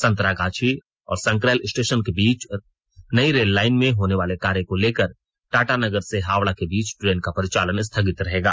संतरागाछी और संक्रैल स्टेशन के बीच नई रेललाइन में होनवाले कार्य को लेकर टाटानगर से हावड़ा के बीच ट्रेन का परिचालन स्थगित रहेगा